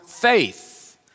faith